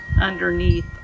underneath